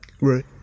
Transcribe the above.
Right